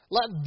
Let